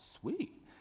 sweet